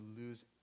lose